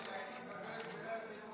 אני מחכה לשמוע